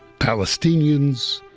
palestinians,